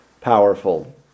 powerful